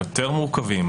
היותר מורכבים,